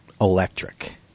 Electric